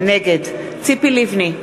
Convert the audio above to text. נגד ציפי לבני,